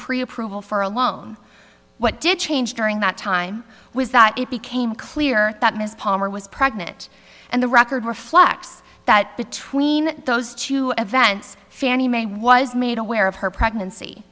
pre approval for a loan what did change during that time was that it became clear that ms palmer was pregnant and the record reflects that between those two events fannie mae was made aware of her pregnancy